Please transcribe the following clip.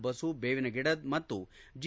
ಬಸು ದೇವಿನಗಿಡದ್ ಮತ್ತು ಜಿ